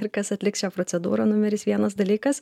ir kas atliks šią procedūrą numeris vienas dalykas